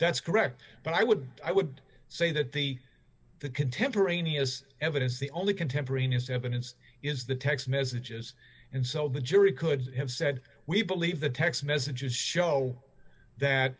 that's correct but i would i would say that the the contemporaneous evidence the only contemporaneous evidence is the text messages and so the jury could have said we believe the text messages show that